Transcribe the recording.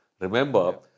remember